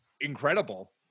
incredible